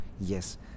yes